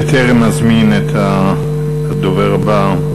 בטרם אזמין את הדובר הבא,